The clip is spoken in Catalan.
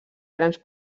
grans